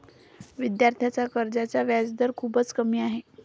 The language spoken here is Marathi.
विद्यार्थ्यांच्या कर्जाचा व्याजदर खूपच कमी आहे